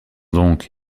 donc